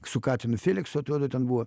su katinu feliksu atrodo ten buvo